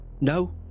No